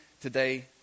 today